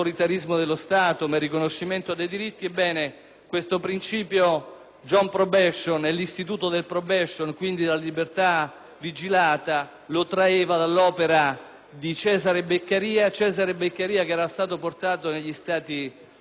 John Probation traeva l'istituto del *probation*, quindi della libertà vigilata, dall'opera di Cesare Beccaria, il quale era stato portato negli Stati Uniti da un mecenate fiorentino che aveva